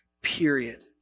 period